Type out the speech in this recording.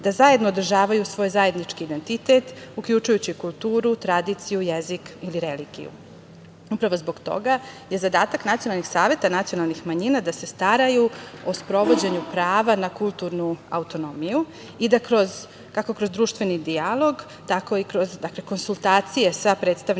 da zajedno održavaju svoj zajednički identitet, uključujući kulturu, tradiciju, jezik ili religiju. Upravo zbog toga je zadatak nacionalnih saveta nacionalnih manjina da se staraju o sprovođenju prava na kulturnu autonomiju i da kroz, kako kroz društveni dijalog, tako i kroz konsultacije sa predstavnicima